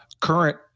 current